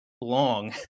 long